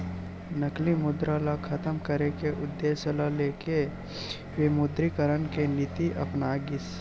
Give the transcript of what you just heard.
नकली मुद्रा ल खतम करे के उद्देश्य ल लेके विमुद्रीकरन के नीति अपनाए गिस